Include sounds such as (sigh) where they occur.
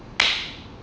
(noise)